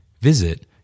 Visit